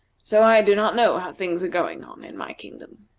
so i do not know how things are going on in my kingdom.